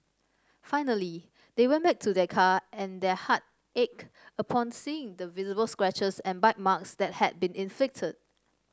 finally they went back to their car and their heart ached upon seeing the visible scratches and bite marks that had been inflicted